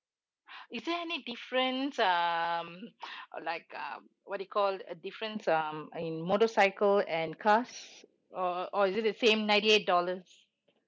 is there any difference um or like um what they call uh difference um in motorcycle and cars or or is it the same ninety eight dollars